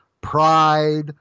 pride